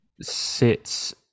sits